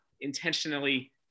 intentionally